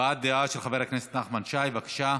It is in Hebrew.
הבעת דעה של חבר הכנסת נחמן שי, בבקשה.